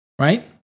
right